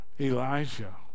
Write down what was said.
Elijah